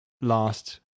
last